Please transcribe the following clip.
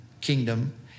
kingdom